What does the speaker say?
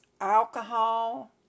alcohol